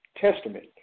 testament